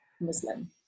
Muslim